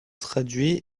traduit